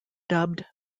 dubbed